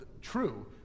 true